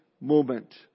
movement